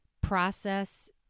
process